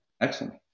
Excellent